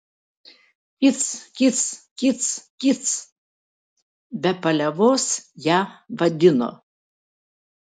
kic kic kic kic be paliovos ją vadino